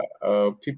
people